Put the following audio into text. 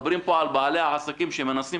מדברים פה על בעלי העסקים שמנסים